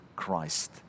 Christ